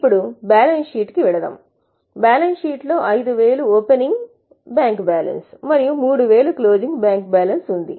ఇప్పుడు balance sheet కి వెళదాం బ్యాలెన్స్ షీట్ లో 5000 ఓపెనింగ్ బ్యాంక్ బ్యాలెన్స్ మరియు 3000 క్లోజింగ్ బ్యాంక్ బ్యాలెన్స్ ఉంది